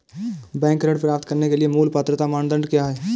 Bank ऋण प्राप्त करने के लिए मूल पात्रता मानदंड क्या हैं?